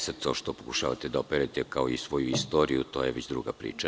Sad, to što pokušavate da operete kao svoju istoriju, to je već druga priča.